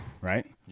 right